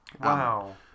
Wow